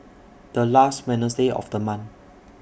The last Wednesday of The month